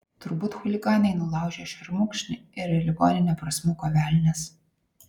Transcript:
turbūt chuliganai nulaužė šermukšnį ir į ligoninę prasmuko velnias